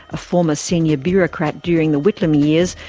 a former senior bureaucrat during the whitlam years,